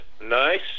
nice